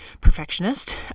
perfectionist